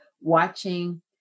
watching